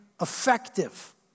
effective